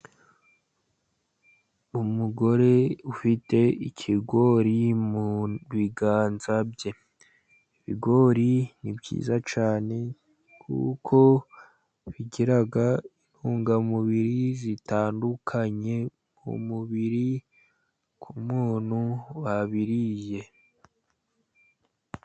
Umugore ufite ikigori mu biganza bye, ibigori ni byiza cyane kuko bigira intungamubiri zitandukanye, mu mubiri ku muntu wabiriye.